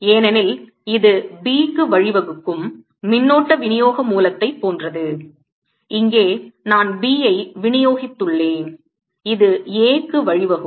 ஏனெனில் இது B க்கு வழிவகுக்கும் மின்னோட்ட விநியோக மூலத்தை போன்றது இங்கே நான் B ஐ விநியோகித்துள்ளேன் இது A க்கு வழிவகுக்கும்